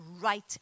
right